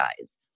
guys